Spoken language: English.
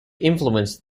influenced